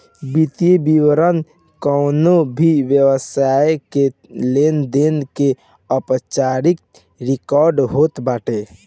वित्तीय विवरण कवनो भी व्यवसाय के लेनदेन के औपचारिक रिकार्ड होत बाटे